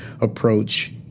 approach